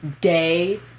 day